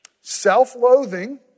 self-loathing